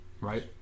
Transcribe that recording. right